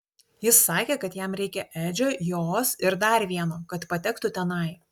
jis sakė kad jam reikia edžio jos ir dar vieno kad patektų tenai